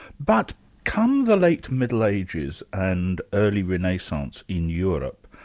but come the late middle ages and early renaissance in europe,